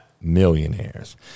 millionaires